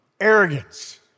arrogance